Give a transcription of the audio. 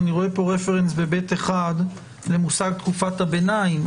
אני רואה פה רפרנס ב-(ב)(1) לתקופת הביניים,